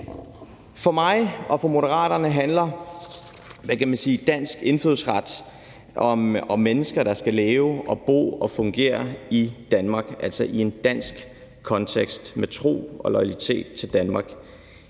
For mig og for Moderaterne handler dansk indfødsret om mennesker, der skal leve, bo og fungere i Danmark, altså i en dansk kontekst, med tro og loyalitet i forhold